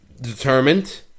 determined